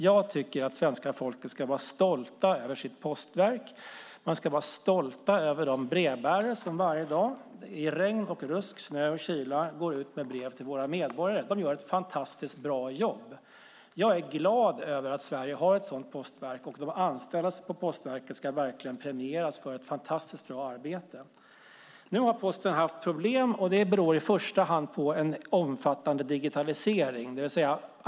Jag tycker att svenska folket ska vara stolt över sitt postverk. Man ska vara stolt över de brevbärare som varje dag i regn och rusk, snö och kyla går ut med brev till våra medborgare. De gör ett fantastiskt bra jobb. Jag är glad över att Sverige har ett sådant postverk, och de anställda på postverket ska verkligen premieras för ett fantastiskt bra arbete. Nu har Posten haft problem. Det beror i första hand på en omfattande digitalisering.